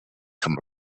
from